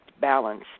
balance